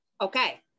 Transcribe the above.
Okay